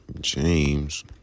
James